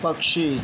पक्षी